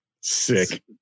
Sick